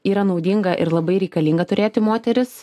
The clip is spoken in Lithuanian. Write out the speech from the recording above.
yra naudinga ir labai reikalinga turėti moteris